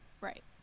right